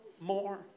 more